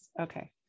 Okay